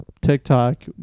TikTok